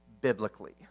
biblically